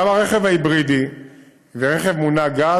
גם ברכב ההיברידי ורכב מונע גז,